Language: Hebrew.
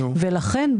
לכן,